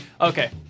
okay